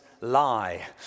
lie